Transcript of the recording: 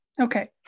Okay